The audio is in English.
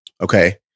Okay